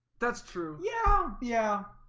that's true. yeah. yeah,